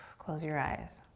close your eyes.